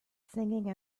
singing